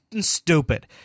stupid